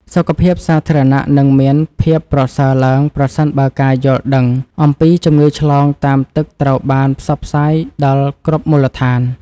សុខភាពសាធារណៈនឹងមានភាពប្រសើរឡើងប្រសិនបើការយល់ដឹងអំពីជំងឺឆ្លងតាមទឹកត្រូវបានផ្សព្វផ្សាយដល់គ្រប់មូលដ្ឋាន។